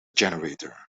generator